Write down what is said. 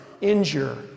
injure